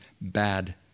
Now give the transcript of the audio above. bad